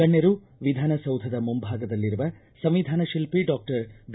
ಗಣ್ಯರು ವಿಧಾನಸೌಧದ ಮುಂಭಾಗದಲ್ಲಿರುವ ಸಂವಿಧಾನ ಶಿಲ್ಪಿ ಡಾಕ್ಟರ್ ಬಿ